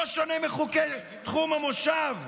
לא שונה מחוקי תחום המושב.